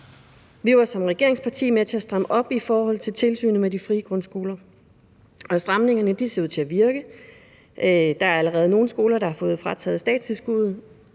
med til at stramme op i forhold til tilsynet med de frie grundskoler, og stramningerne ser ud til at virke. Der er allerede nogle skoler, der har fået frataget statstilskuddet,